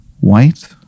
white